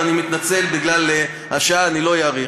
ואני מתנצל שבגלל השעה אני לא אאריך.